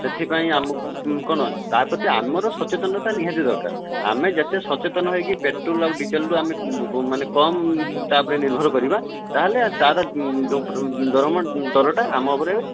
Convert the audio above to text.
ସେଥିପାଇଁ ଆମକୁ କ'ଣ ତା' ପ୍ରତି ଆମର ସଚେତନତା ନିହାତି ଦରକାର ଆମେ ଯେତେ ସଚେତନ ହୋଇକି ପେଟ୍ରୋଲ ଆଉ ଡିଜେଲରୁ ଆମେ କମ୍ ତା' ଉପରେ ନିର୍ଭର କରିବା ତା'ହେଲେ ତା' ଦରଟା ଆମ ଉପରେ